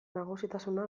nagusitasuna